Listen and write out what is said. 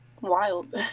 wild